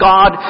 God